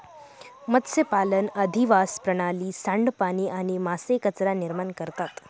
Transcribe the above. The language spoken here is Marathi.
मत्स्यपालन अधिवास प्रणाली, सांडपाणी आणि मासे कचरा निर्माण करता